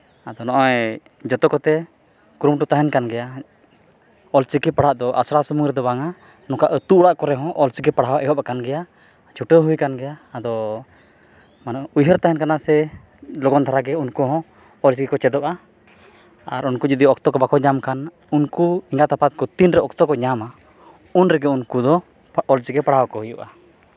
ᱟᱫᱚ ᱱᱚᱜᱼᱚᱭ ᱡᱚᱛᱚ ᱠᱚᱛᱮ ᱠᱩᱨᱩᱢᱩᱴᱩ ᱛᱟᱦᱮᱱ ᱠᱟᱱᱜᱮᱭᱟ ᱚᱞᱪᱤᱠᱤ ᱯᱟᱲᱦᱟᱣ ᱫᱚ ᱟᱥᱲᱟ ᱥᱩᱢᱩᱝ ᱨᱮᱫᱚ ᱵᱟᱝᱼᱟ ᱱᱚᱝᱠᱟ ᱟᱹᱛᱩ ᱚᱲᱟᱜ ᱠᱚᱨᱮᱦᱚᱸ ᱚᱞᱪᱤᱠᱤ ᱯᱟᱲᱦᱟᱣ ᱮᱦᱚᱵ ᱟᱠᱟᱱ ᱜᱮᱭᱟ ᱪᱷᱩᱴᱟᱹᱣ ᱦᱩᱭ ᱟᱠᱟᱱ ᱜᱮᱭᱟ ᱟᱫᱚ ᱩᱭᱦᱟᱹᱨ ᱛᱟᱦᱮᱱ ᱠᱟᱱᱟ ᱥᱮ ᱞᱚᱜᱚᱱ ᱫᱷᱟᱨᱟᱜᱮ ᱩᱱᱠᱩ ᱦᱚᱸ ᱢᱚᱡᱽ ᱜᱮᱠᱚ ᱪᱮᱫᱚᱜᱼᱟ ᱟᱨ ᱩᱱᱠᱩ ᱠᱚ ᱡᱩᱫᱤ ᱚᱠᱛᱚ ᱠᱚ ᱵᱟᱠᱚ ᱧᱟᱢ ᱠᱷᱟᱱ ᱩᱱᱠᱩ ᱮᱸᱜᱟᱛ ᱟᱯᱟᱛ ᱠᱚ ᱛᱤᱱ ᱨᱮ ᱚᱠᱛᱚ ᱠᱚ ᱧᱟᱢᱟ ᱩᱱ ᱨᱮᱜᱮ ᱩᱱᱠᱩ ᱫᱚ ᱚᱞᱪᱤᱠᱤ ᱯᱟᱲᱦᱟᱣ ᱠᱚ ᱦᱩᱭᱩᱜᱼᱟ